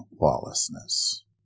lawlessness